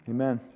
Amen